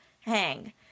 hang